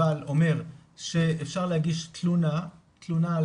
אבל הוא אומר שאפשר להגיש תלונה לפייסבוק